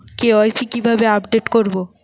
KYC কিভাবে update করব?